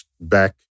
back